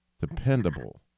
Dependable